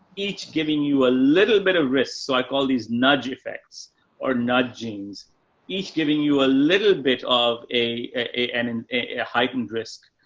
each giving you a little bit of risk. so i call these nudge effects or nudgings each giving you a little bit of a, and an a a heightened risk.